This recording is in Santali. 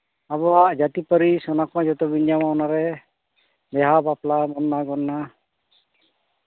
ᱟᱵᱚᱣᱟᱜ ᱡᱟᱹᱛᱤᱼᱯᱟᱹᱨᱤᱥ ᱚᱱᱟ ᱠᱚᱦᱚᱸ ᱡᱚᱛᱚ ᱵᱤᱱ ᱧᱟᱢᱟ ᱚᱱᱟ ᱨᱮ ᱵᱤᱦᱟᱼᱵᱟᱯᱞᱟ ᱢᱚᱨᱱᱟᱼᱜᱚᱨᱱᱟ